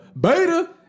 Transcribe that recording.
Beta